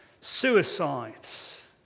suicides